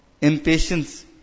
impatience